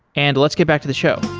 and let's get back to the show